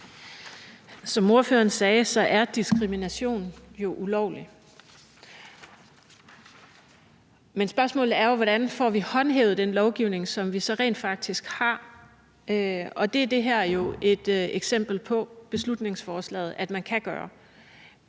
Som ordføreren sagde, er diskrimination ulovlig, men spørgsmålet er jo, hvordan vi får håndhævet den lovgivning, som vi så rent faktisk har, og det her beslutningsforslag er jo et